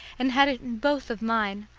and had it in both of mine.